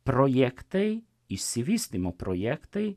projektai išsivystymo projektai